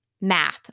math